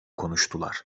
konuştular